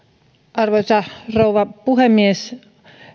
arvoisa rouva puhemies